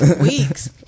weeks